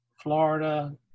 florida